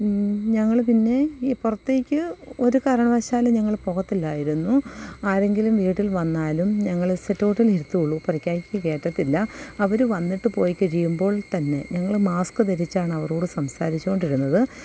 ഞങ്ങള് പിന്നെ പുറത്തേക്ക് ഒരു കാരണവശാലും ഞങ്ങള് പോകത്തില്ലായിരുന്നു ആരെങ്കിലും വീട്ടിൽ വന്നാലും ഞങ്ങള് സിറ്റൗട്ടിൽ ഇരുത്തുവുള്ളൂ പെരയ്ക്കകത്തേക്ക് കയറ്റത്തില്ല അവര് വന്നിട്ട് പോയിക്കഴിയുമ്പോൾ തന്നെ ഞങ്ങള് മാസ്ക്ക് ധരിച്ചാണവരോട് സംസാരിച്ചുകൊണ്ടിരുന്നത്